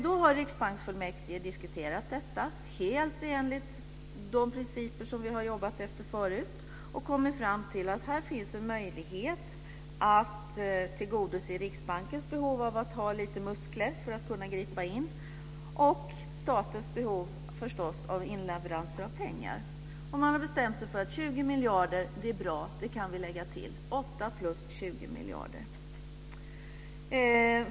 Då har riksbanksfullmäktige diskuterat detta helt enligt de principer som vi har jobbat efter förut och kommit fram till att det här finns en möjlighet att tillgodose Riksbankens behov av att ha lite muskler för att kunna gripa in och statens behov, förstås, av inleveranser av pengar. Och man har bestämt sig för att 20 miljarder är bra. Det kan man lägga till - 8 + 20 miljarder.